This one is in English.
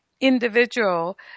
individual